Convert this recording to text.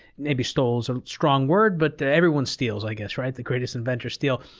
maybe stole's a strong word, but everyone steals, i guess, right? the greatest inventors steal.